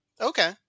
Okay